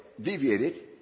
deviated